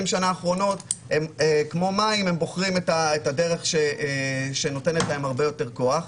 השנה האחרונות כמו מים הם בוחרים את הדרך שנותנת להם הרבה יותר כוח,